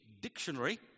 Dictionary